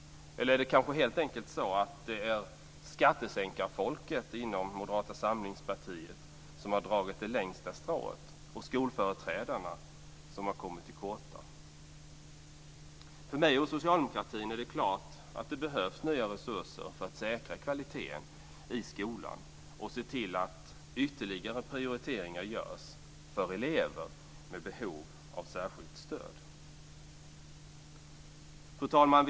Eller det kanske helt enkelt är så att det är skattesänkarfolket inom Moderata samlingspartiet som har dragit det längsta strået och skolföreträdarna som har kommit till korta. För mig och socialdemokratin är det klart att det behövs nya resurser för att säkra kvaliteten i skolan och se till att ytterligare prioriteringar görs för elever med behov av särskilt stöd. Fru talman!